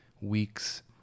weeks